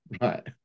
right